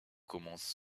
commence